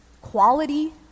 quality